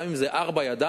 גם אם זה ארבע ידיים,